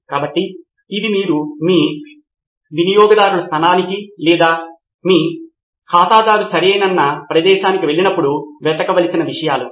కాబట్టి ఇవి మీరు మీ వినియోగదారుల స్థలానికి లేదా మీ ఖాతాదారు సరేనన్న ప్రదేశానికి వెళ్ళినప్పుడు వెతకవలసిన విషయాలు